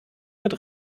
mit